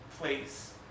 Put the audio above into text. place